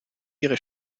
ihre